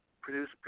produce